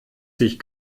sich